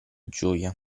gioia